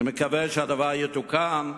אני מקווה שהדבר יתוקן,